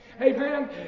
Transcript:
Amen